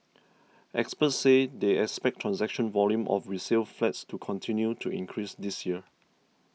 experts say they expect transaction volume of resale flats to continue to increase this year